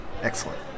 Excellent